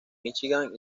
michigan